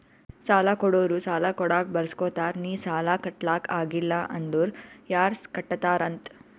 ಸಾಲಾ ಕೊಡೋರು ಸಾಲಾ ಕೊಡಾಗ್ ಬರ್ಸ್ಗೊತ್ತಾರ್ ನಿ ಸಾಲಾ ಕಟ್ಲಾಕ್ ಆಗಿಲ್ಲ ಅಂದುರ್ ಯಾರ್ ಕಟ್ಟತ್ತಾರ್ ಅಂತ್